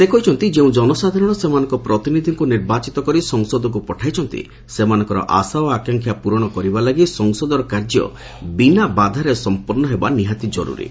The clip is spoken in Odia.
ସେ କହିଛନ୍ତି ଯେଉଁ ଜନସାଧାରଣ ସେମାନଙ୍କ ପ୍ରତିନିଧିଙ୍କୁ ନିର୍ବାଚିତ କରି ସଂସଦକୁ ପଠାଇଛନ୍ତି ସେମାନଙ୍କର ଆଶା ଓ ଆକାଂକ୍ଷା ପ୍ରରଣ କରିବା ଲାଗି ସଂସଦର କାର୍ଯ୍ୟ ବିନା ବାଧାରେ ସଂପନ୍ନ ହେବା ନିହାତି ଜରୁରୀ